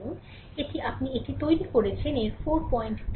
সুতরাং এটি আপনি এটি তৈরি করছেন এর 430 অধ্যায়ে